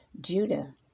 Judah